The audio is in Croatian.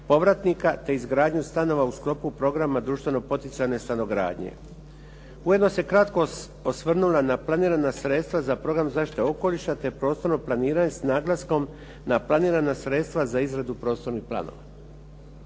povratnika te izgradnju stanova u sklopu programa društvenog poticajne stanogradnje. Ujedno se kratko osvrnula na planirana sredstva na Program zaštite okoliša, te prostorno planiranje s naglaskom na planirana sredstva za izradu poslovnih planova.